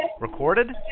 Recorded